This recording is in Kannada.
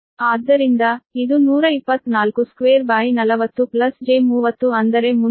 ಆದ್ದರಿಂದ ಇದು 124240j30 ಅಂದರೆ 307